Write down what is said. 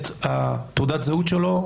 את תעודת הזהות שלו,